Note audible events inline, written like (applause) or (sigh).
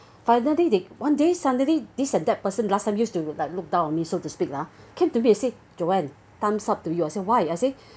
finally they one day suddenly this and that person last time used to like look down on me so to speak lah came to me and said joanne thumbs up to yours I say why I say (breath)